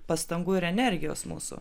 pastangų ir energijos mūsų